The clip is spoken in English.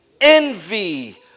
envy